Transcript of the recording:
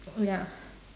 oh ya